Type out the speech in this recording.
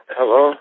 Hello